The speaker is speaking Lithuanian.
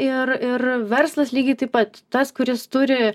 ir ir verslas lygiai taip pat tas kuris turi